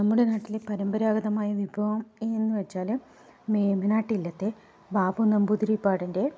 നമ്മുടെ നാട്ടിലെ പരമ്പരാഗതമായ വിഭവം ഏതെന്നു വെച്ചാൽ മേമ്പനാട്ടില്ലത്തെ ബാബു നമ്പൂതിരിപ്പാടിൻ്റെ